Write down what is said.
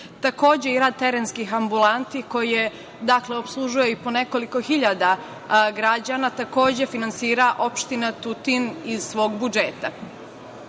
i rad terenskih ambulanti koje, dakle, opslužuju i po nekoliko hiljada građana, takođe finansira opština Tutin iz svog budžeta. Obzirom